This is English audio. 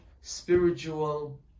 spiritual